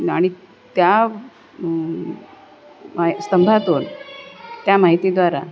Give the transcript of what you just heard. आणि त्या मा स्तंभातून त्या माहितीद्वारा